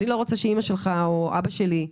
אני לא רוצה שאימא שלך או אבא שלי,